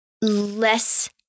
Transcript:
Less